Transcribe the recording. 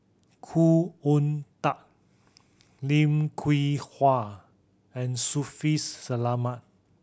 Khoo Oon Teik Lim Hwee Hua and Shaffiq Selamat